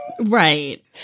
Right